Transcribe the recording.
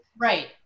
Right